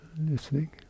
Listening